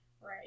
Right